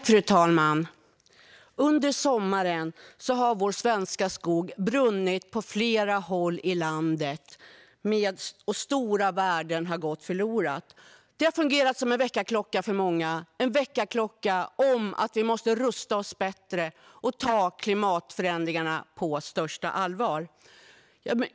Fru talman! Under sommaren har vår svenska skog brunnit på flera håll i landet, och stora värden har gått förlorade. Det har fungerat som en väckarklocka för många, en väckarklocka om att vi måste rusta oss bättre och ta klimatförändringarna på största allvar.